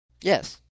Yes